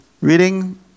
Reading